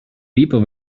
people